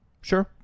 Sure